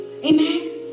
amen